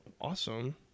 awesome